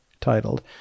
titled